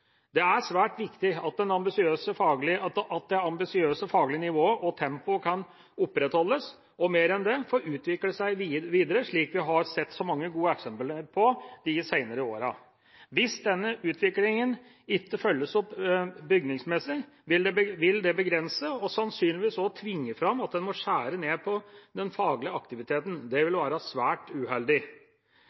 Det er svært viktig at det ambisiøse faglige nivået og tempoet kan opprettholdes, og mer enn det – få utviklet seg videre, slik vi har sett så mange gode eksempler på i de senere årene. Hvis denne utviklingen ikke følges opp bygningsmessig, vil det begrense, og sannsynligvis også tvinge fram at en må skjære ned på, den faglige aktiviteten. Det ville være svært uheldig.